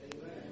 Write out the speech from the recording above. Amen